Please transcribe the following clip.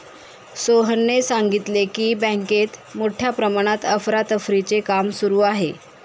सोहनने सांगितले की, बँकेत मोठ्या प्रमाणात अफरातफरीचे काम सुरू आहे